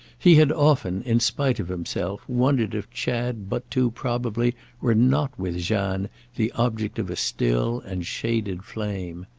he had often, in spite of himself, wondered if chad but too probably were not with jeanne the object of a still and shaded flame.